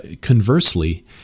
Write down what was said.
conversely